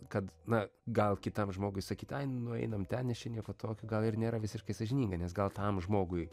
kad na gal kitam žmogui sakyt ai nueinam ten nieko tokio gal ir nėra visiškai sąžininga nes gal tam žmogui